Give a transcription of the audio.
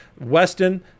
Weston